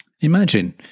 Imagine